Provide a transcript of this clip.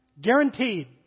Guaranteed